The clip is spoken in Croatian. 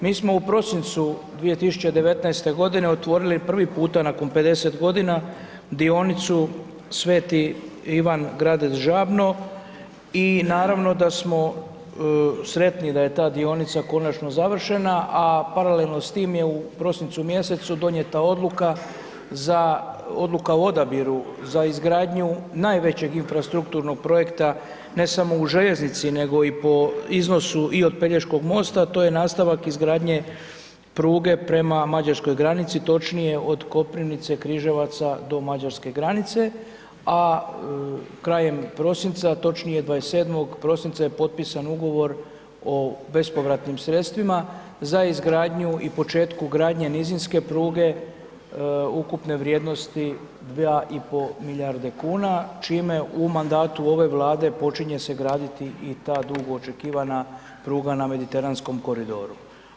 Mi smo u prosincu 2019. g. otvorili prvi puta nakon 50 godina dionicu Sv. Ivan Gradec Žabno i naravno da smo sretni da je ta dionica konačno završena, a paralelno s tim je u prosincu mjesecu donijeta odluka za, odluka o odabiru za izgradnju najvećeg infrastrukturnog projekta, ne samo u željeznici, nego i po iznosu i od Pelješkog mosta, to je nastavak izgradnje pruge prema mađarskoj granici, točnije od Koprivnice, Križevaca do mađarske granice, a krajem prosinca, točnije 27. prosinca je potpisan ugovor o bespovratnim sredstvima za izgradnju i početku gradnje nizinske pruge ukupne vrijednosti 2,5 milijarde kuna, čime u mandatu ove Vlade počinje se graditi i ta dugoočekivana pruga na mediteranskom koridoru.